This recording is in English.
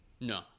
No